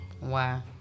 Wow